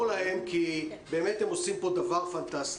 להם כי הם באמת עושים פה דבר פנטסטי.